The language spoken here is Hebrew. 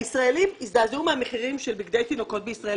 הישראלים הזדעזעו מהמחירים של בגדי תינוקות בישראל,